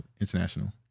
international